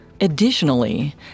Additionally